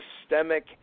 systemic